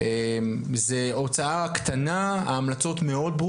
הן נחשבות למין עצמאיות,